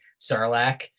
Sarlacc